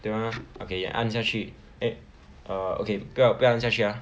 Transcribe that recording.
对 mah okay 按下去 eh err okay 不要不要按下去下去 ah